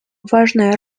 важная